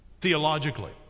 theologically